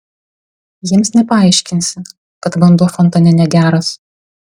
jiems nepaaiškinsi kad vanduo fontane negeras